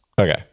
Okay